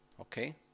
okay